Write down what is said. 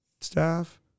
staff